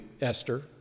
Esther